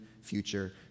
future